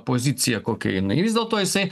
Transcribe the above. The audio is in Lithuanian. pozicija kokia jinai vis dėlto jisai